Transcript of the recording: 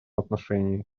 отношении